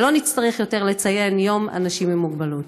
ולא נצטרך יותר לציין יום לאנשים עם מוגבלות.